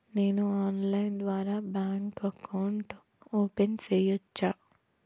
నేను ఆన్లైన్ ద్వారా bank account open సేయొచ్చా?